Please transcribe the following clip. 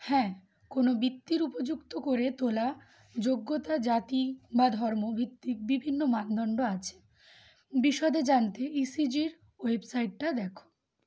হ্যাঁ কোনো বৃত্তির উপযুক্ত করে তোলা যোগ্যতা জাতি বা ধর্মভিত্তিক বিভিন্ন মানদন্ড আছে বিশদে জানতে ইসিজির ওয়েবসাইটটা দেখো